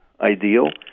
ideal